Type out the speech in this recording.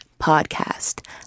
Podcast